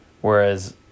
whereas